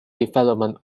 development